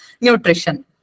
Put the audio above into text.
nutrition